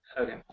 Okay